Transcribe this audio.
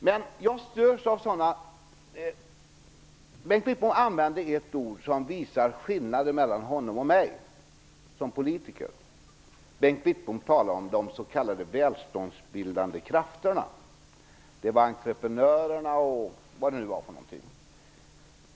Men Bengt Wittbom sade något som visar skillnaden mellan honom och mig som politiker; han talade om de s.k. välståndsbildande krafterna, entreprenörer, m.m.